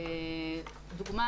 לדוגמא,